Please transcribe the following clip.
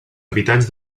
habitants